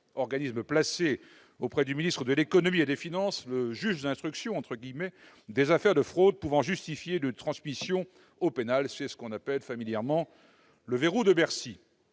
organisme placé auprès du ministre de l'économie et des finances, le « juge d'instruction » des affaires de fraude pouvant donner lieu à une transmission au pénal. C'est ce que l'on appelle familièrement le « verrou de Bercy